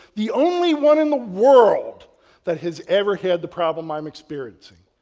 the only one in the world that has ever had the problem i'm experiencing.